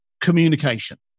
communication